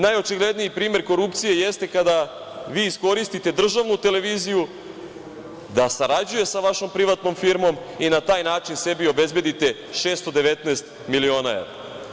Najočigledniji primer korupcije jeste kada vi iskoristite državnu televiziju da sarađuje sa vašom privatnom firmom i na taj način sebi obezbedite 619 miliona evra.